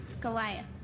Goliath